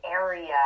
area